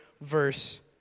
verse